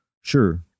Sure